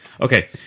okay